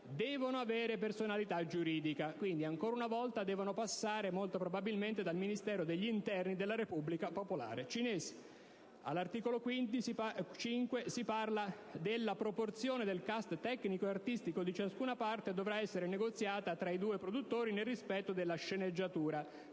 devono avere personalità giuridica». Quindi, ancora una volta, devono passare molto probabilmente dal Ministero dell'interno della Repubblica popolare cinese. All'articolo 5, si dice che «La proporzione del *cast* tecnico e artistico di ciascuna parte dovrà essere negoziata tra i due produttori, nel rispetto della sceneggiatura,